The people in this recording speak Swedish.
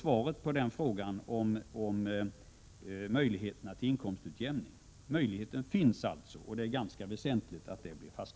Svaret härvidlag är alltså att möjligheter till inkomstutjämning redan finns. Det är väsentligt att detta slås fast.